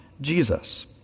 Jesus